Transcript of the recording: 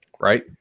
Right